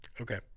Okay